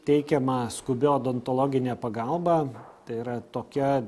teikiama skubi odontologinė pagalba tai yra tokia